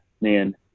man